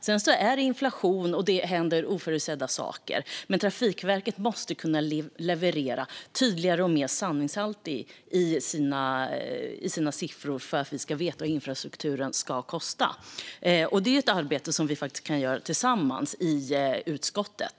Visst har vi inflation och oförutsedda händelser, men Trafikverket måste kunna leverera mer tydliga och sanningsenliga siffror. Arbetet med detta kan vi faktiskt göra tillsammans i utskottet.